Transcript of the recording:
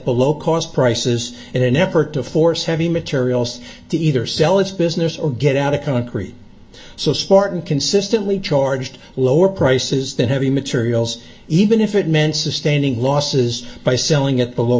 low cost prices in an effort to force having materials to either sell its business or get out of concrete so smart and consistently charged lower prices than heavy materials even if it meant sustaining losses by selling at below